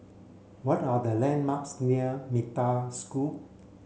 what are the landmarks near Metta School